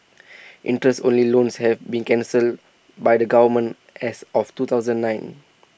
interest only loans have been cancelled by the government as of two thousand and nine